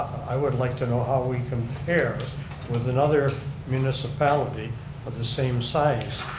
i would like to know how we compare with another municipality with the same size.